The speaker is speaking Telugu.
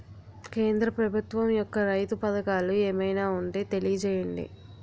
కేంద్ర ప్రభుత్వం యెక్క రైతు పథకాలు ఏమైనా ఉంటే తెలియజేయండి?